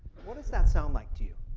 what does that sound like to you?